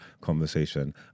conversation